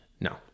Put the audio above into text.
No